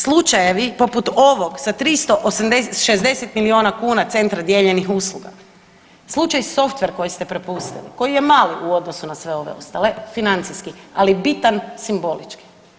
Slučajevi poput ovog sa 360 milijuna kuna centra dijeljenih usluga, slučaj softver koji ste prepustili koji je mali u odnosu na sve ove ostale financijski, ali bitan simbolički.